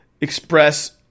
express